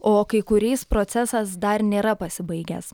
o kai kuriais procesas dar nėra pasibaigęs